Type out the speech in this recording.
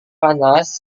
panas